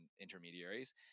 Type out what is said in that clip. intermediaries